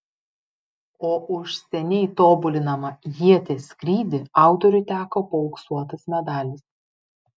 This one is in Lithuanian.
o už seniai tobulinamą ieties skrydį autoriui teko paauksuotas medalis